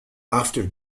after